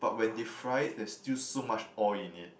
but when they fried it there's still so much oil in it